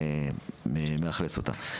מי מאכלס אותה.